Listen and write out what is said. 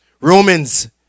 Romans